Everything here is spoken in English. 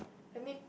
let me